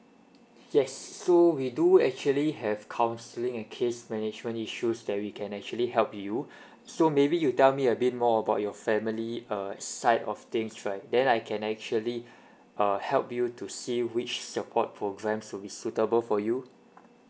yes so we do actually have counselling and case management issues that we can actually help you so maybe you tell me a bit more about your family uh side of things right then I can actually uh help you to see which support programmes will be suitable for you